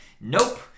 nope